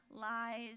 lies